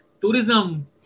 tourism